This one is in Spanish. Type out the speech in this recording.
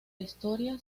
historia